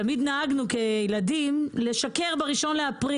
תמיד נהגנו לשקר ב-1 לאפריל,